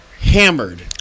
hammered